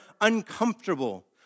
uncomfortable